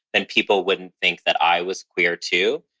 then people wouldn't think that i was queer too,